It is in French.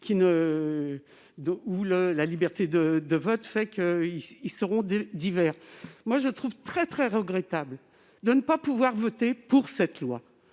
où la liberté de vote fait qu'ils seront divers. Je trouve très regrettable de ne pas pouvoir voter pour cette loi.